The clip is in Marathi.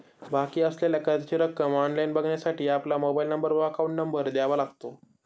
बाकी असलेल्या कर्जाची रक्कम ऑनलाइन बघण्यासाठी आपला मोबाइल नंबर व अकाउंट नंबर द्यावा लागतो